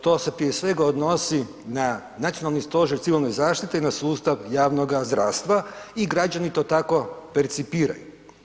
To se prije svega odnosi na Nacionalni stožer civilne zaštite i na sustav javnoga zdravstva i građani to tako percipiraju.